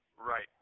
right